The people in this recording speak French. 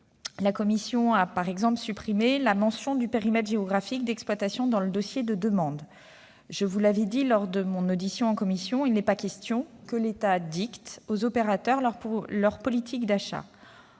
la commission a supprimé la mention du périmètre géographique d'exploitation dans le dossier de demande. Comme je l'ai affirmé lors de mon audition en commission, il n'est pas question que l'État dicte aux opérateurs leur politique d'achat.